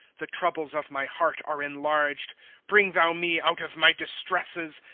the troubles of my heart are enlarged bring thou me out of my distresses.